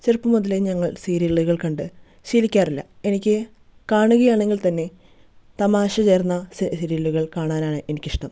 ചെറുപ്പമുത്തലേ ഞങ്ങൾ സീരിയലുകൾ കണ്ട് ശീലിക്കാറില്ല എനിക്ക് കാണുകയാണെങ്കിൽ തന്നെ തമാശ ചേർന്ന സി സീരിയലുകൾ കാണാനാണ് എനിക്കിഷ്ടം